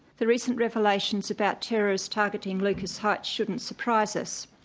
the recent revelations about terrorists targeting lucas heights shouldn't surprise us.